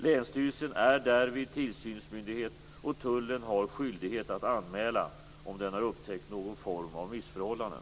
Länsstyrelsen är därvid tillsynsmyndighet, och tullen har skyldighet att anmäla om den har upptäckt någon form av missförhållanden.